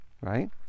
right